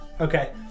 Okay